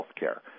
healthcare